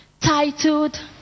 titled